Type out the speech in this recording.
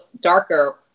darker